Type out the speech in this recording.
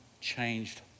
changed